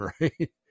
right